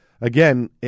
again